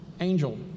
angel